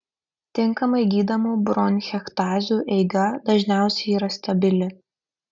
tinkamai gydomų bronchektazių eiga dažniausiai yra stabili